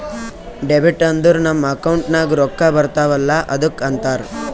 debit ಅಂದುರ್ ನಮ್ account ನಾಗ್ ರೊಕ್ಕಾ ಬರ್ತಾವ ಅಲ್ಲ ಅದ್ದುಕ ಅಂತಾರ್